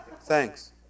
thanks